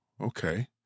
Okay